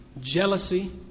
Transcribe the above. jealousy